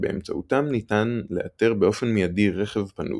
שבאמצעותם ניתן לאתר באופן מידי רכב פנוי,